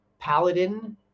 paladin